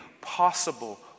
possible